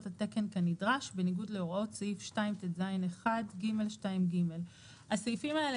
התקן כנדרש בניגוד להוראות סעיף 2טז1(ג)(2)(ג);" הסעיפים האלה